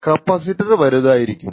capacitor വലുതായിരിക്കും